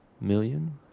million